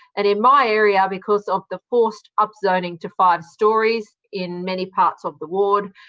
and in my area, because of the forced up-zoning to five storeys in many parts of the ward,